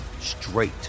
straight